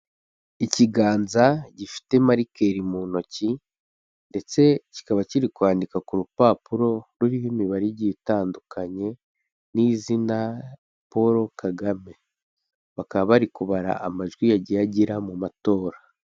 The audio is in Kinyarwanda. Ikiganza gifite marikeri mu ntoki, ndetse kikaba kiri kwandika ku rupapuro, ruriho imibare igiye itandukanye, n'izina Paul Kagame, bakaba bari kubara amajwi yagiye agira mu matora.